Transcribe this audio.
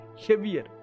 Heavier